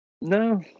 no